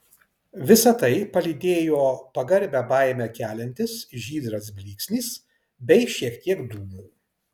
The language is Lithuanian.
visa tai palydėjo pagarbią baimę keliantis žydras blyksnis bei šiek tiek dūmų